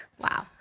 Wow